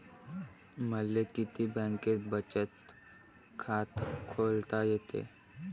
मले किती बँकेत बचत खात खोलता येते?